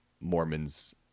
Mormons